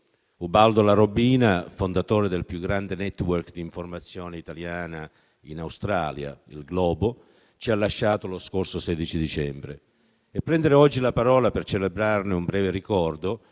Ubaldo Larobina, fondatore del più grande *network* di informazione italiana in Australia, «Il Globo», ci ha lasciato lo scorso 16 dicembre. Prendere oggi la parola per celebrarne un breve ricordo